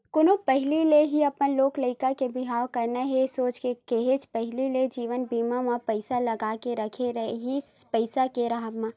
कोनो पहिली ले ही अपन लोग लइका के बिहाव करना हे सोच के काहेच पहिली ले जीवन बीमा म पइसा लगा के रखे रहिथे पइसा के राहब म